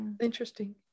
interesting